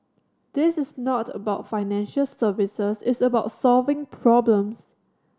this is not about financial services it's about solving problems